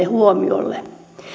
huomiolle